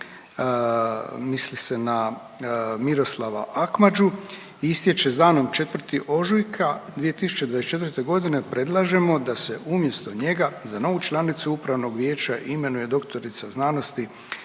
misli se na Miroslava Akmađu istječe sa danom 4. ožujka 2024. godine predlažemo da se umjesto njega za novu članicu Upravnog vijeća imenuje doktorica znanosti